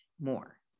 more